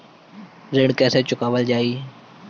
ऋण कैसे चुकावल जाई?